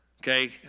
Okay